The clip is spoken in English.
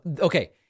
Okay